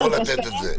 הוא יכול לתת,